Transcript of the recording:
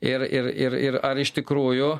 ir ir ir ir ar iš tikrųjų